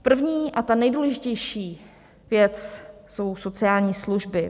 První a nejdůležitější věc jsou sociální služby.